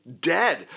dead